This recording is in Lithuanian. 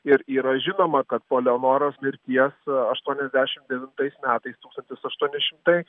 ir yra žinoma kad po eleonoros mirties aštuoniasdešimt devintais metais tūkstantis aštuoni šimtai